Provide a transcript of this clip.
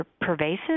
pervasive